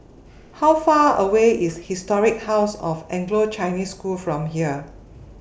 How Far away IS Historic House of Anglo Chinese School from here